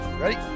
Ready